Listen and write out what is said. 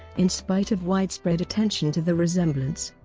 in spite of widespread attention to the resemblance.